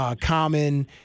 Common